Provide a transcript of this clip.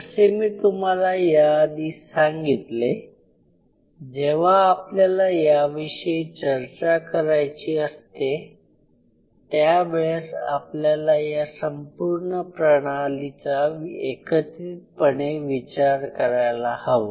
जसे मी तुम्हाला या आधी सांगितले जेव्हा आपल्याला याविषयी चर्चा करायची असते त्यावेळेस आपल्याला या संपूर्ण प्रणालीचा एकत्रितपणे विचार करायला हवा